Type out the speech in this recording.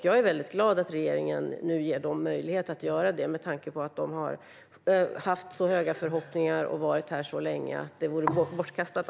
Jag är väldigt glad att regeringen nu ger dem möjlighet att göra det, med tanke på att de har haft så höga förhoppningar och varit här så länge. Annars vore det bortkastat.